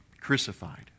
Crucified